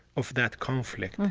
of that conflict,